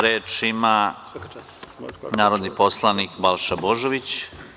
Reč ima narodni poslanik Balša Božović.